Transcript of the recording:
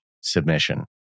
submission